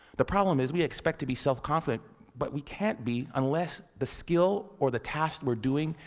the problem is, we expect to be self-confident but we can't be unless the skill, or the task we're doing,